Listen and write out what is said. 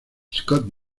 scott